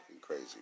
crazy